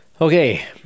Okay